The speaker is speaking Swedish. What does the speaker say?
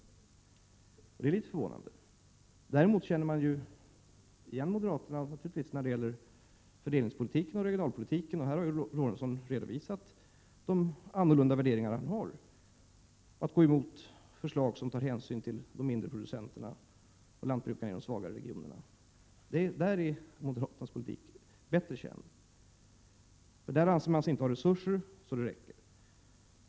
Det är litet förvånande. Däremot känner man ju naturligtvis igen moderaterna när det gäller deras fördelningsoch regionalpolitik. Sven Eric Lorentzon har här också redovisat de annorlunda värderingar han har, att moderaterna går emot förslag som tar hänsyn till de mindre producenterna och lantbrukarna i de svagare regionerna. Där är moderaternas politik bättre känd, för på detta område anser man sig inte ha resurser så det räcker.